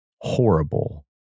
horrible